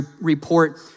report